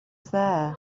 there